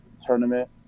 tournament